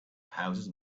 houses